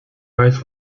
weiß